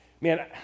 Man